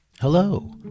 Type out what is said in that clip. Hello